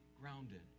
grounded